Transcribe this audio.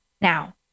Now